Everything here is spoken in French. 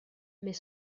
mais